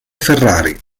ferrari